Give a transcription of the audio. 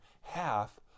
half